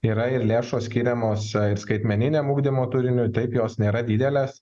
yra ir lėšos skiriamos skaitmeniniam ugdymo turinio taip jos nėra didelės